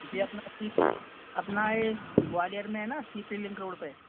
ये अपना चिप अपना एस ग्वालीयर में है ना सी पी लिंक रोड पर